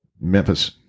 Memphis